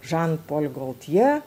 žan pol goltje